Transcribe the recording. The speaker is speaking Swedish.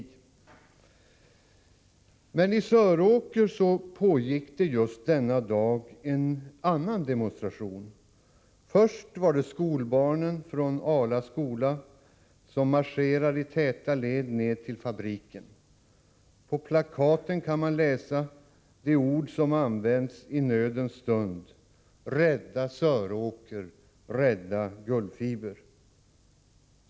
Men i Söråker pågick just denna dag en annan demonstration. Först var det skolbarnen från Ala skola som marscherade i täta led ned till fabriken. På plakaten kunde man läsa de ord som används i nödens stund: Rädda Söråker! Rädda Gullfiber!